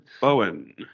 bowen